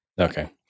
Okay